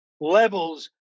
levels